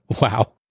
Wow